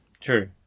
True